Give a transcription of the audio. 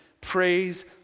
praise